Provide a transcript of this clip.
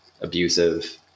abusive